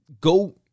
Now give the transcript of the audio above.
go